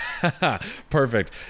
Perfect